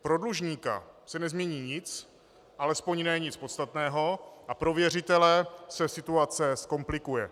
Pro dlužníka se nezmění nic, alespoň ne nic podstatného, a pro věřitele se situace zkomplikuje.